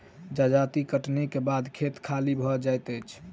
जजाति कटनीक बाद खेत खाली भ जाइत अछि